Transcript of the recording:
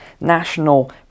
National